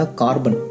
carbon